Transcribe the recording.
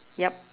yup